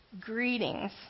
Greetings